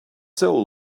soul